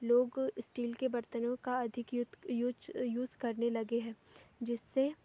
लोग इस्टील के बर्तनों का अधिक यूद यूच यूज़ करने लगे हैं जिससे